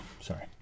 Sorry